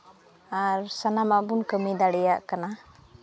ᱟᱨ ᱥᱟᱱᱟᱢᱟᱜ ᱵᱚᱱ ᱠᱟᱹᱢᱤ ᱫᱟᱲᱮᱭᱟᱜ ᱠᱟᱱᱟ